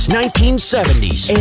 1970s